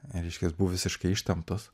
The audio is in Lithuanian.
reiškias buvo visiškai ištemptos